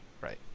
right